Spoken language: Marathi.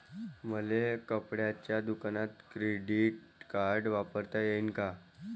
मले कपड्याच्या दुकानात क्रेडिट कार्ड वापरता येईन का?